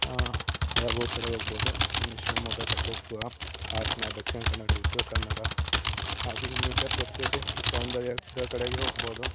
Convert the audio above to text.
ಹಲವು ಕಡೆ ಹೋಗ್ಬೋದು ಇನ್ನೂ ಶಿವಮೊಗ್ಗ ಸಕಲೇಶಪುರ ಹಾಸನ ದಕ್ಷಿಣ ಕನ್ನಡ ಉತ್ತರ ಕನ್ನಡ ಹಾಗೂ ಇನ್ನಿತರ ಪ್ರಕೃತಿ ಸೌಂದರ್ಯ ದ ಕಡೆಗೆ ಹೋಗ್ಬೋದು